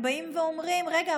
הם באים ואומרים: רגע,